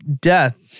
death